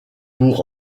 pour